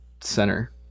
center